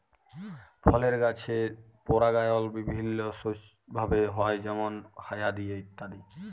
ফলের গাছের পরাগায়ল বিভিল্য ভাবে হ্যয় যেমল হায়া দিয়ে ইত্যাদি